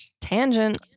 tangent